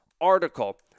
article